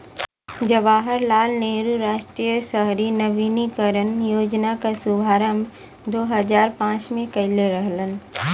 जवाहर लाल नेहरू राष्ट्रीय शहरी नवीनीकरण योजना क शुभारंभ दू हजार पांच में कइले रहलन